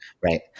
Right